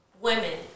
women